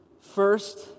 First